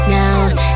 now